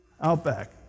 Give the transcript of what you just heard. Outback